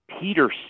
peter